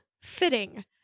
fitting